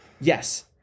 Yes